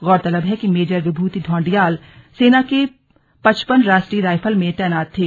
गौरतलब है कि मेजर विभूति ढौंडियाल सेना के पचपन राष्ट्रीय राइफल में तैनात थे